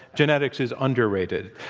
genetics is underrated.